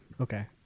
Okay